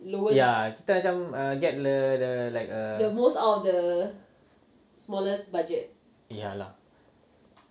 ya kita macam get the the like ya lah